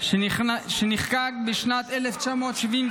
שנחקק בשנת 1975,